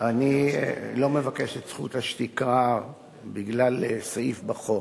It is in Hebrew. אני לא מבקש את זכות השתיקה בגלל סעיף בחוק,